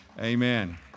Amen